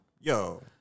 Yo